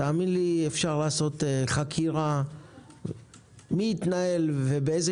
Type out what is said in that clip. תאמין לי שאפשר לעשות חקירה מי התנהל ובאיזו